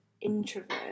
introvert